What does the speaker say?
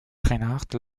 reinhardt